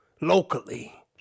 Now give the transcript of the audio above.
Locally